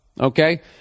Okay